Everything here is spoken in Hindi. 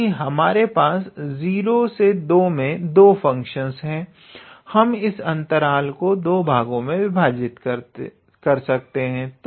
क्योंकि हमारे पास 02 मे दो फंक्शंस है हम इस अंतराल को दो भागों में विभाजित कर सकते हैं